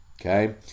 Okay